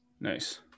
Nice